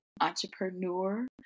entrepreneur